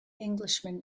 englishman